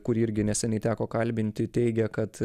kurį irgi neseniai teko kalbinti teigia kad